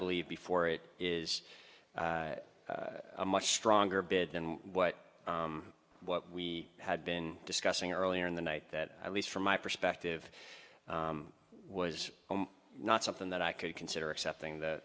believe before it is a much stronger bid and what what we had been discussing earlier in the night that at least from my perspective was not something that i could consider accepting the